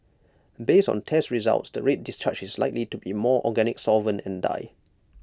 based on test results the red discharge is likely to be organic solvent and dye